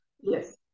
Yes